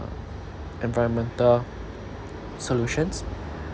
uh environmental solutions